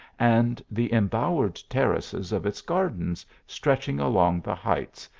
and the embow ered terraces of its gardens stretching along the heights,